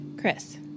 Chris